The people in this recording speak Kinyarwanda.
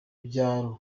byaro